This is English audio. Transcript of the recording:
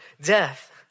death